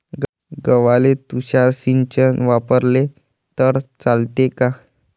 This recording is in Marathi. गव्हाले तुषार सिंचन वापरले तर चालते का?